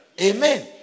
Amen